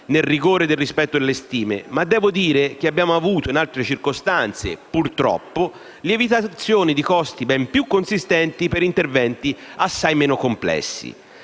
nel rigore del rispetto delle stime, ma devo dire che abbiamo avuto in altre circostanze, purtroppo, lievitazioni di costi ben più consistenti per interventi assai meno complessi.